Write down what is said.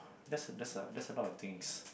that's a that's a that's a lot of things